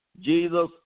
Jesus